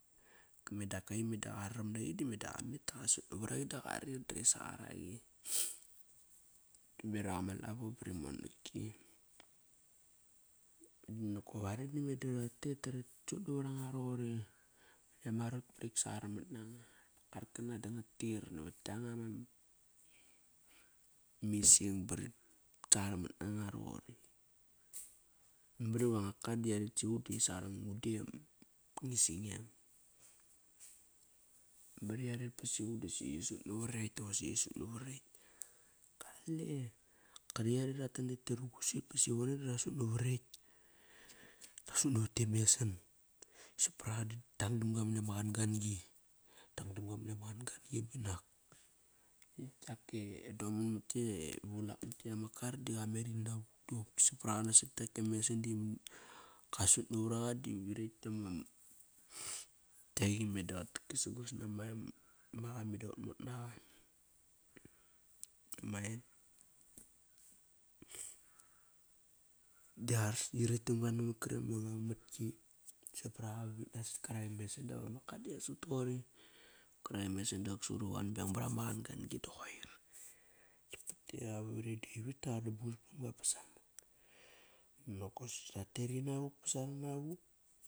Meda ak ka i qararam naqi da qametda qasut navar aqi da qarir da qa sangar aqi Bevak ama lavo bari monak ki bonokop are da meda ratet darit sut navar anga roqori. Mar i rit sangar mat nanga. Karkanga da ngatir navat kianga ma ising ba rit sangar mat nanga roqor. Mamar iva nga kar da yaret sivuk di qi sangar anga udem ma ising ngem. Mari yaret ba sivuk dosi qi sut navar ekt dosi risut navar ekt. Kale Kari yare ratan nete ruqusit ba sivon da ra sut navar ekt. Tasut navat e mesan sap par aqa da dang damga mani ama qanqan-gi. Dangdamga mani ama qanqan gi banak. Yak e Doman mat kiak e vulak mat e ama kar da qameri navuk da sap paraqa nasat kiak e mesan di kasut navar aqadi rekt damaga kiayi meda qatakesa gos nama maqa meda qat mot naqa. Da arsa irekt maqa namat karekt ama ngang matki. Sap paraqi vavit nasok karak e mesan da qavalang ga da vasat suqut iva qan beng pat karet ama qanqan gi da qoir. Nokosi ratet inavuk ba sanavuk.